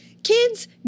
kids